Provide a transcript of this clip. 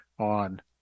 on